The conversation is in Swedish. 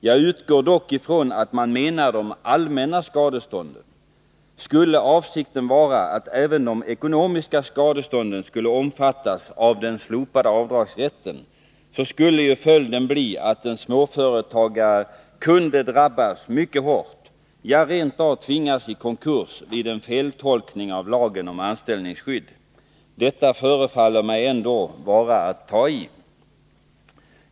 Jag utgår dock från att man menar de allmänna skadestånden. Skulle avsikten vara att även de ekonomiska skadestånden skulle omfattas av den slopade avdragsrätten, skulle ju följden bli att en småföretagare kunde drabbas mycket hårt, ja, rent av tvingas i konkurs vid en feltolkning av lagen om anställningsskydd. Detta förefaller mig ändå vara att ta i.